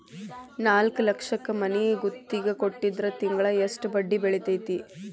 ನಾಲ್ಕ್ ಲಕ್ಷಕ್ ಮನಿ ಗುತ್ತಿಗಿ ಕೊಟ್ಟಿದ್ರ ತಿಂಗ್ಳಾ ಯೆಸ್ಟ್ ಬಡ್ದಿ ಬೇಳ್ತೆತಿ?